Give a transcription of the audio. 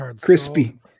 Crispy